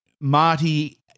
Marty